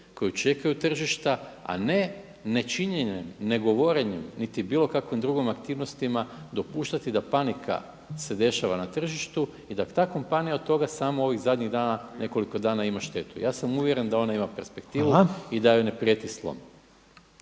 koji čekaju tržišta, a ne nečinjenjem, negovorenjem niti bilo kakvim drugim aktivnostima dopuštati da panika se dešava na tržištu i da ta kompanija od toga samo ovih zadnjih dana, nekoliko dana ima štetu. Ja sam uvjeren da ona ima perspektivu … …/Upadica Reiner: